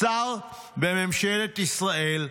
שר בממשלת ישראל,